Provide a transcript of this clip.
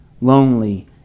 lonely